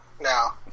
Now